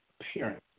appearance